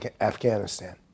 Afghanistan